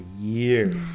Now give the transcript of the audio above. years